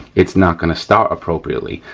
it's not gonna start appropriately.